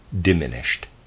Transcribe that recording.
diminished